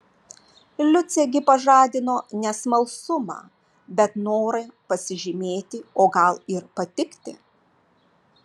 liucė gi pažadino ne smalsumą bet norą pasižymėti o gal ir patikti